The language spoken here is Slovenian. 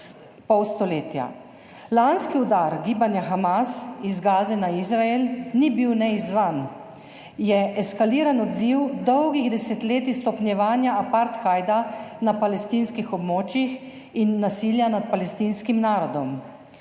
pol stoletja. Lanski udar gibanja Hamas iz Gaze na Izrael ni bil neizzvan, je eksaltiran odziv dolgih desetletij stopnjevanja apartheida na palestinskih območjih in nasilja nad palestinskim narodom.